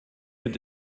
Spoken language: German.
mit